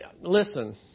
listen